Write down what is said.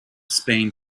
spain